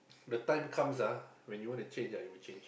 the time comes ah when you wanna change ah you will change